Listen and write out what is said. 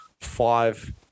five